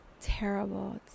terrible